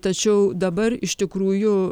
tačiau dabar iš tikrųjų